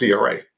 CRA